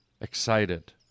excited